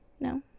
no